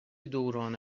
دوران